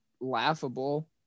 laughable